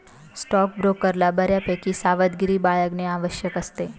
स्टॉकब्रोकरला बऱ्यापैकी सावधगिरी बाळगणे आवश्यक असते